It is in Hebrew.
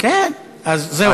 כן, אז זהו.